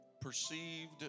perceived